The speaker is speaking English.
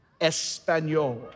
Español